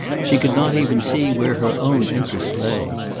she could not even see where her own interest lay.